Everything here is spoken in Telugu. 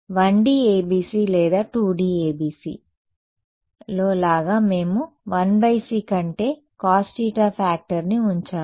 1D ABC లేదా 2D ABC లో లాగా మేము 1c కంటే cos θ ఫ్యాక్టర్ని ఉంచాము